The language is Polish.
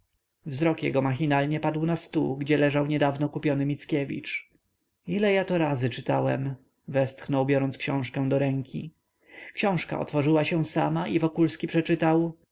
roboty wzrok jego machinalnie padł na stół gdzie leżał niedawno kupiony mickiewicz ile ja to razy czytałem westchnął biorąc książkę do ręki książka otworzyła się sama i wokulski przeczytał